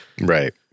Right